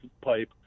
pipe